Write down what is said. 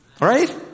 right